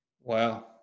Wow